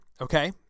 okay